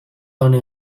honen